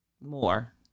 More